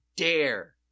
dare